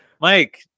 mike